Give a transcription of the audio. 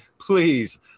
Please